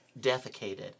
defecated